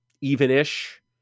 even-ish